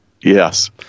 Yes